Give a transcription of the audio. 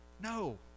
No